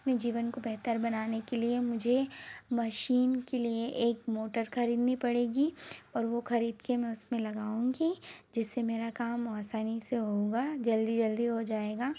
अपने जीवन को बेहतर बनाने के लिए मुझे मशीन के लिए एक मोटर खरीदनी पड़ेगी और वो खरीद के मैं उसमें लगाऊंगी जिससे मेरा काम आसानी से होगा जल्दी जल्दी हो जाएगा